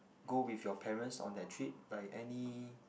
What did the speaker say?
go with your parents on that trip like any